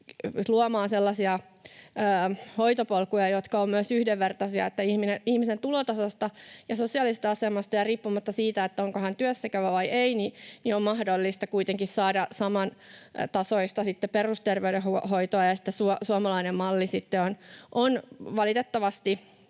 sellaisia hoitopolkuja, jotka ovat myös yhdenvertaisia, niin että riippumatta ihmisen tulotasosta ja sosiaalisesta asemasta ja siitä, onko hän työssäkäyvä vai ei, on mahdollista kuitenkin saada samantasoista perusterveydenhoitoa, ja suomalainen malli on sitten valitettavasti